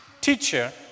Teacher